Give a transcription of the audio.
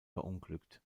verunglückt